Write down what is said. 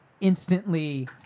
instantly